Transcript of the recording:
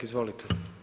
Izvolite.